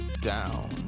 down